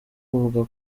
uvuga